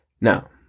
Now